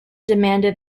demanded